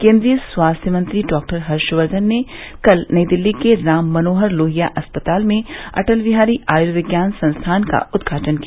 केन्द्रीय स्वास्थ्य मंत्री डॉक्टर हर्षवर्धन ने कल नयी दिल्ली के राम मनोहर लोहिया अस्पताल में अटल बिहारी आयुर्विज्ञान संस्थान का उद्घाटन किया